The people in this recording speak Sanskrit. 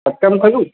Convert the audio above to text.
सत्यं खलु